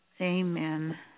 Amen